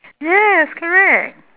yes correct